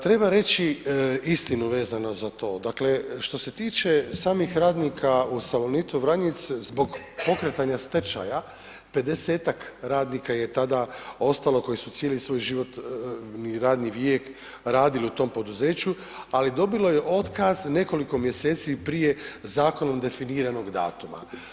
Treba reći istinu vezano za to, dakle što se tiče samih radnika u Salonitu Vranjic zbog pokretanja stečaja 50-tak radnika je tada ostalo koji su cijeli svoj životni radni vijek radili u tom poduzeću, ali dobilo je otkaz nekoliko mjeseci prije zakonom definiranog datuma.